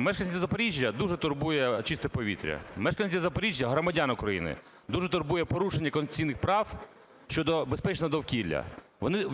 Мешканців Запоріжжя дуже турбує чисте повітря. Мешканців Запоріжжя – громадян України дуже турбує порушення конституційних прав щодо безпечного довкілля.